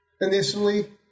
initially